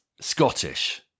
Scottish